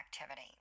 activity